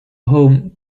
home